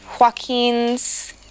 Joaquin's